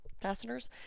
fasteners